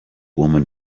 woman